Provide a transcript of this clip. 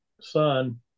son